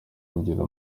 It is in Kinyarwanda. ngira